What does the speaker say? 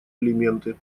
элементы